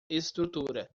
estrutura